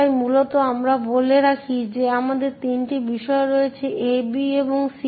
তাই মূলত আমরা বলে রাখি যে আমাদের তিনটি বিষয় রয়েছে A B এবং C